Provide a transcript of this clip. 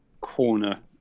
corner